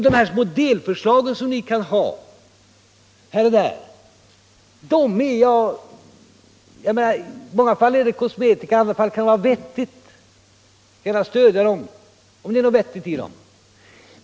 De här små delförslagen som ni kan ha här och där är i många fall kosmetika, i andra fall kan de vara vettiga. Jag skall gärna stödja dem om det är något vettigt i dem.